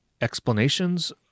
explanations